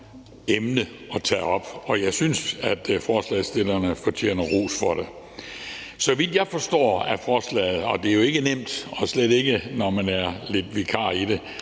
emne at tage op, og jeg synes, at forslagsstillerne fortjener ros for det. Så vidt jeg forstår forslaget – og det er jo ikke nemt, slet ikke, når man lidt er vikar i det,